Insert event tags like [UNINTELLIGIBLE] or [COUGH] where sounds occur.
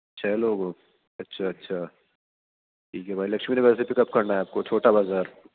چلو [UNINTELLIGIBLE] اچھا اچھا ٹھیک ہے بھائی لکشمی نگر سے پک اپ کرنا ہے آپ کو چھوٹا بازار